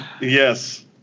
Yes